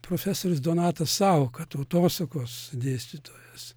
profesorius donatas sauka tautosakos dėstytojas